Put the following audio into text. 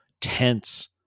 tense